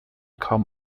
kaum